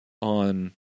on